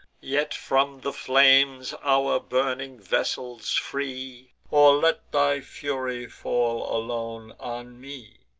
yet from the flames our burning vessels free, or let thy fury fall alone on me!